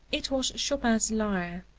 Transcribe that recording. it was chopin's lyre,